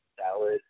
salad